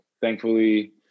Thankfully